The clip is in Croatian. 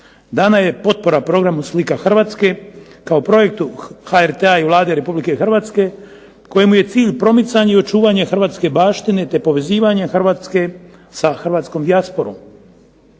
Dana je potpora programu "Slika Hrvatske" kao projektu HRT-a i Vlade Republike Hrvatske kojemu je cilj promicanje i očuvanje Hrvatske baštine, te povezivanje Hrvatske sa hrvatskom dijasporom.